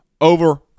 over